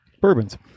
bourbons